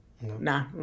Nah